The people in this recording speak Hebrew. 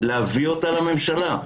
להביא אותה לממשלה.